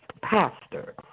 pastor